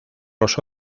los